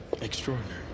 Extraordinary